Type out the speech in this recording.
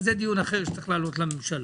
זה דיון אחר שצריך לעלות לממשלה.